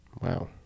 Wow